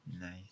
Nice